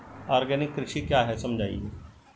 Organic कृषि क्या है समझाइए?